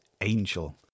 Angel